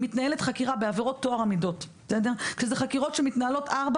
מתנהלת חקירה בעבירות טוהר המידות שאלה חקירות שמתנהלות ארבע